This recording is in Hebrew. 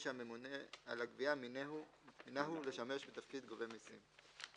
שהממונה על הגביה מינהו לשמש בתפקיד גובה מסים,";